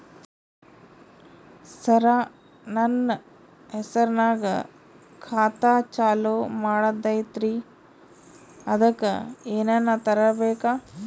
ಸರ, ನನ್ನ ಹೆಸರ್ನಾಗ ಖಾತಾ ಚಾಲು ಮಾಡದೈತ್ರೀ ಅದಕ ಏನನ ತರಬೇಕ?